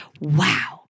Wow